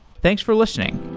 thanks for listening